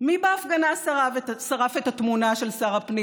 מי בהפגנה שרף את התמונה של שר הפנים